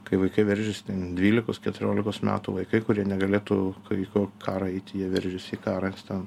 kai vaikai veržės dvylikos keturiolikos metų vaikai kurie negalėtų kai karą eiti jie veržėsi į karą nes ten